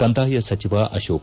ಕಂದಾಯ ಸಚಿವ ಅರೋಕ್